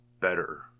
better